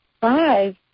five